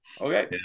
Okay